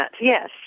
yes